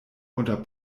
unter